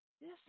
yes